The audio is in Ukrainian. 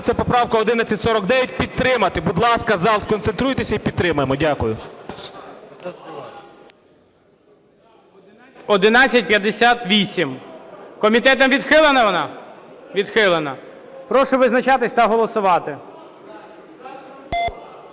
це поправка 1149, підтримати. Будь ласка, зал, сконцентруйтесь і підтримаємо. Дякую. ГОЛОВУЮЧИЙ. 1158. Комітетом відхилена вона? Відхилена. Прошу визначатись та голосувати.